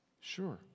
Sure